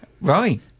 Right